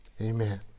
Amen